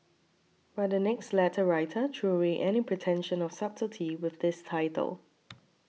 but the next letter writer threw away any pretension of subtlety with this title